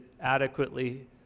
adequately